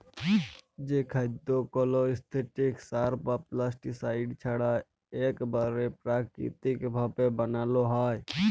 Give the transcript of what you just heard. যে খাদ্য কল সিলথেটিক সার বা পেস্টিসাইড ছাড়া ইকবারে পেরাকিতিক ভাবে বানালো হয়